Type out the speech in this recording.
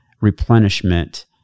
replenishment